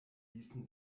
ließen